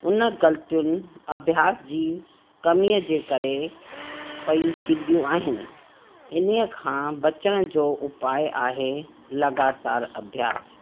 उन ग़लतियुनि अभ्यास जी कमीअ जे करे पई थींदियूं आहिनि इन खां बचण जो उपाय आहे लॻातारि अभ्यास